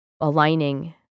Aligning